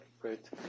great